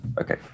Okay